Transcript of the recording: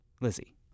Lizzie